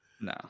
No